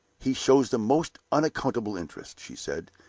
he shows the most unaccountable interest, she said.